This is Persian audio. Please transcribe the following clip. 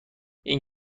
این